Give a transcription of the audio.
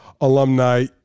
alumni